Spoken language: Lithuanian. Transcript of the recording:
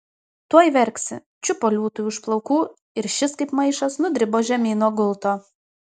tuoj verksi čiupo liūtui už plaukų ir šis kaip maišas nudribo žemyn nuo gulto